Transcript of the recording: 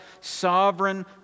sovereign